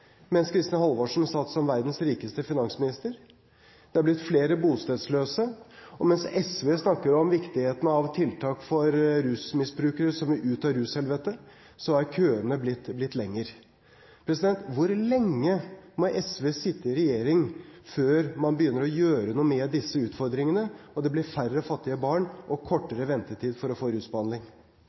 mens Kristin Halvorsen satt som verdens rikeste finansminister. Det er blitt flere bostedsløse. Mens SV snakker om viktigheten av tiltak for rusmisbrukere som vil ut av rushelvetet, er køene blitt lengre. Hvor lenge må SV sitte i regjering før man begynner å gjøre noe med disse utfordringene, og det blir færre fattige barn og kortere ventetid for å få rusbehandling?